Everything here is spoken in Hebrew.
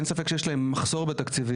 אין ספק שיש להם מחסור בתקציבים,